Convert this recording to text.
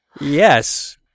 Yes